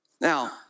Now